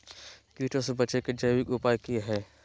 कीटों से बचे के जैविक उपाय की हैय?